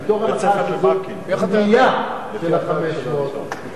מתוך הנחה שזו בנייה של 500 היחידות,